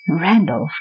Randolph